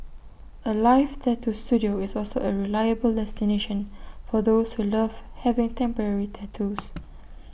alive tattoo Studio is also A reliable destination for those who love having temporary tattoos